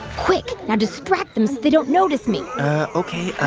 quick, now distract them, so they don't notice me ok.